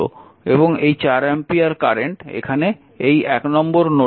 এবং এই 4 ampere current এখানে এই 1 নম্বর নোডে প্রবেশ করছে